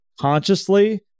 consciously